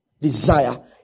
Desire